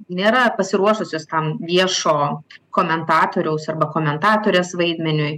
nėra pasiruošusios tam viešo komentatoriaus arba komentatorės vaidmeniui